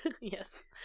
Yes